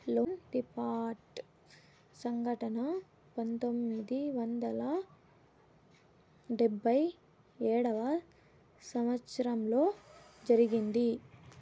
loan default సంఘటన పంతొమ్మిది వందల డెబ్భై ఏడవ సంవచ్చరంలో జరిగింది